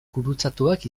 gurutzatuak